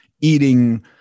eating